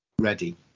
ready